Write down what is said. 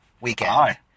weekend